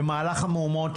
במהלך המהומות,